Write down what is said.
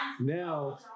now